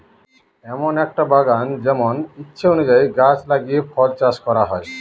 এমন একটা বাগান যেমন ইচ্ছে অনুযায়ী গাছ লাগিয়ে ফল চাষ করা হয়